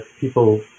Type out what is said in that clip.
people